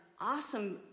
awesome